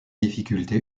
difficulté